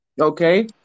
okay